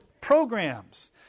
programs